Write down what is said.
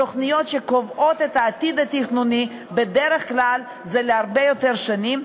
תוכניות שקובעות את העתיד התכנוני הן בדרך כלל להרבה יותר שנים.